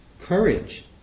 courage